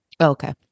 Okay